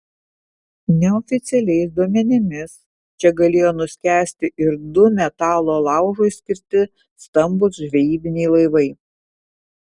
neoficialiais duomenimis čia galėjo nuskęsti ir du metalo laužui skirti stambūs žvejybiniai laivai